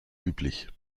üblich